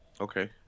Okay